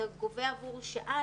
כשאתה גובה עבור שעה,